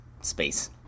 space